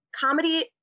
comedy